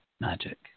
magic